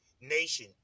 Nation